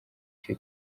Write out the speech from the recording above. cyo